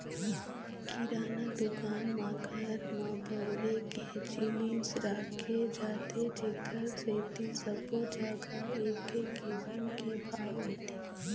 किराना दुकान म घर म बउरे के जिनिस राखे जाथे जेखर सेती सब्बो जघा एके किसम के भाव होथे